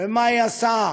ומהי הסעה,